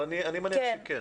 אבל אני מניח שכן.